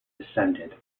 descended